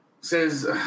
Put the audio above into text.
Says